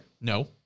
No